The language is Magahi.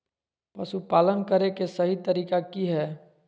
पशुपालन करें के सही तरीका की हय?